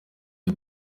the